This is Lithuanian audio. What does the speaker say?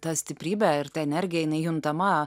ta stiprybė ir ta energija jinai juntama